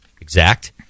exact